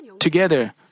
together